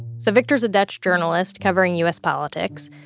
so victor is a dutch journalist covering us politics.